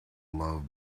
love